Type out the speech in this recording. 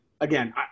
again